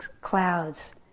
clouds